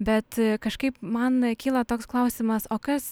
bet kažkaip man kyla toks klausimas o kas